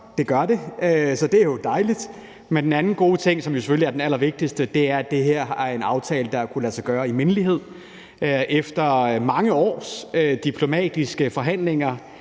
Det gør det, så det er jo dejligt. Men den anden gode ting, som selvfølgelig er den allervigtigste, er, at det her er en aftale, der har kunnet lade sig gøre i mindelighed. Efter mange års diplomatiske forhandlinger